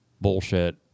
bullshit